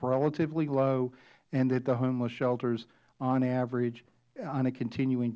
relatively low and that the homeless shelters on average on a continuing